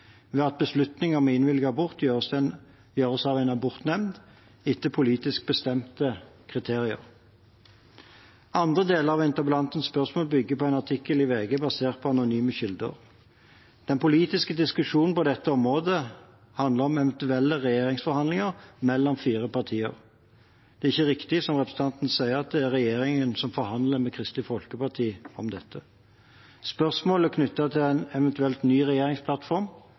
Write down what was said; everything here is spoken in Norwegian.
ved at beslutningen om å innvilge abort gjøres av en abortnemnd etter politisk bestemte kriterier. Andre deler av interpellantens spørsmål bygger på en artikkel i VG basert på anonyme kilder. Den politiske diskusjonen på dette området handler om eventuelle regjeringsforhandlinger mellom fire partier. Det er ikke riktig som representanten sier, at det er regjeringen som forhandler med Kristelig Folkeparti om dette. Spørsmål knyttet til en eventuell ny regjeringsplattform